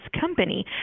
company